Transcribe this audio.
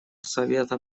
совета